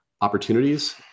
opportunities